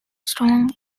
strong